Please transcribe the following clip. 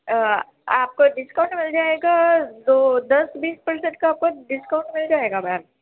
آپ کو ڈسکاؤنٹ مل جائے گا اور دو دس بیس پرسنٹ کا آپ کو ڈسکاؤنٹ مل جائے گا میم